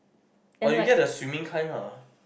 or you get the swimming kind lah